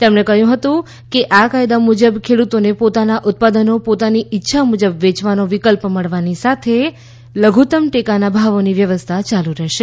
તેમણે કહયું કે આ કાયદા મુજબ ખેડતોને પોતાના ઉત્પાદનો પોતાની ઇચ્છા મુજબ વેચવાનો વિકલ્પ મળવાની સાથે લધુતમ ટેકાના ભાવોની વ્યવસ્થા ચાલુ રહેશે